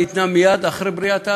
ניתנה מייד אחרי בריאת האדם,